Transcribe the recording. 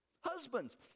Husbands